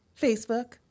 Facebook